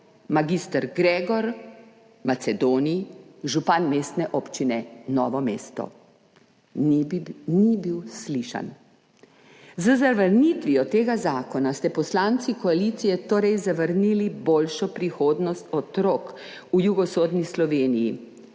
mag. Gregor Macedoni, župan Mestne občine Novo mesto. Ni bil slišan. Z zavrnitvijo tega zakona ste poslanci koalicije torej zavrnili boljšo prihodnost otrok v jugovzhodni Sloveniji,